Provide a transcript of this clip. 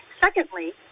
Secondly